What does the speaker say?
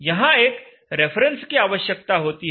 यहां एक रेफरेंस की आवश्यकता होती है